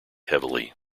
heavily